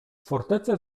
fortecę